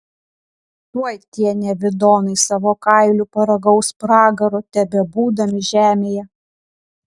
tuoj tie nevidonai savo kailiu paragaus pragaro tebebūdami žemėje